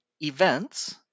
events